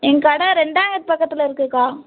என் கடை ரெண்டாவுது பக்கத்தில் இருக்குதுக்கா